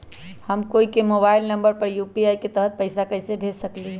हम कोई के मोबाइल नंबर पर यू.पी.आई के तहत पईसा कईसे भेज सकली ह?